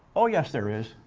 oh, yes, there is.